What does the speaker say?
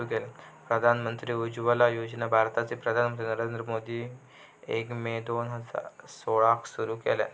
प्रधानमंत्री उज्ज्वला योजना भारताचे पंतप्रधान नरेंद्र मोदींनी एक मे दोन हजार सोळाक सुरू केल्यानी